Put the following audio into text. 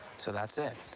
so that's it.